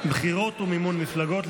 בחירות ומימון מפלגות,